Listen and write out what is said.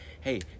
Hey